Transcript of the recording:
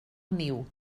niu